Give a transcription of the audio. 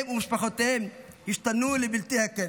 הם ומשפחותיהם השתנו לבלתי הכר.